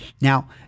Now